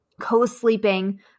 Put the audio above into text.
co-sleeping